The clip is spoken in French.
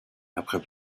après